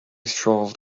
strolled